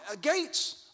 gates